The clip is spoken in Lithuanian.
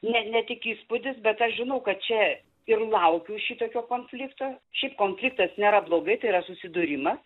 ne ne tik įspūdis bet aš žinau kad čia ir laukiau šitokio konflikto šiaip konfliktas nėra blogai tai yra susidūrimas